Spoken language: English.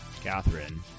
Catherine